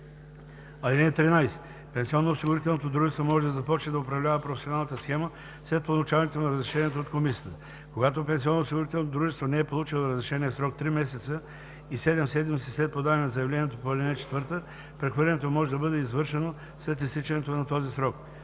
(13) Пенсионноосигурителното дружество може да започне да управлява професионалната схема след получаване на разрешението от комисията. Когато пенсионноосигурителното дружество не е получило решението в срок три месеца и 7 седмици след подаване на заявлението по ал. 4, прехвърлянето може да бъде извършено след изтичането на този срок.